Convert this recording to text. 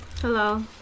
Hello